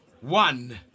one